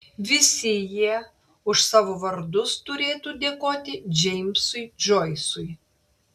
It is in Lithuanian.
visi jie už savo vardus turėtų dėkoti džeimsui džoisui